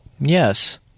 Yes